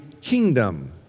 kingdom